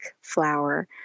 flower